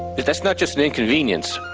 that's not just an inconvenience,